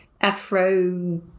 afro